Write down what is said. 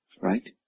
Right